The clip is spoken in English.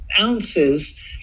ounces